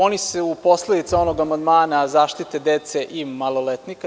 Oni su posledica onog amandmana zaštite dece i maloletnika.